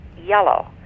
yellow